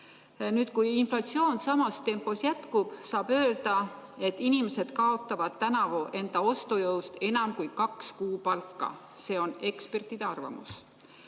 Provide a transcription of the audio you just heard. Kui inflatsioon samas tempos jätkub, saab öelda, et inimesed kaotavad tänavu enda ostujõust enam kui kaks kuupalka. See on ekspertide arvamus.